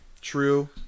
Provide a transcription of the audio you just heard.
True